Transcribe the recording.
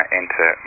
enter